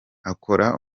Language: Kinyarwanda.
akora